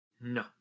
No